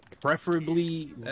Preferably